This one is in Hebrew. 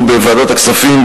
ומטעם ועדת הכספים,